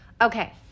Okay